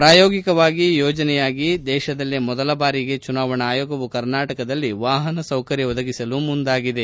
ಪ್ರಾಯೋಗಿಕ ಯೋಜನೆಯಾಗಿ ದೇಶದಲ್ಲೇ ಮೊದಲ ಬಾರಿಗೆ ಚುನಾವಣಾ ಆಯೋಗವು ಕರ್ನಾಟಕದಲ್ಲಿ ವಾಹನ ಸೌಕರ್ನ ಒದಗಿಸಲು ಮುಂದಾಗಿದೆ